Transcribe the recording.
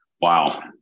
Wow